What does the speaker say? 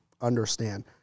understand